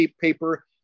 paper